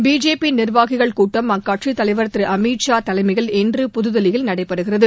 BJP நிர்வாகிகள் கூட்டம் அக்கட்சித்தலைவர் திரு அமித் ஷா தலைமையில் இன்று புதுதில்லியில் நடைபெறுகிறது